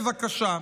בבקשה,